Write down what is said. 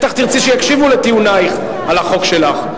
בטח תרצי שיקשיבו לטיעונייך על החוק שלך.